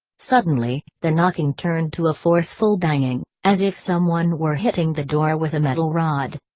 suddenly, the knocking turned to a forceful banging, as if someone were hitting the door with a metal rod.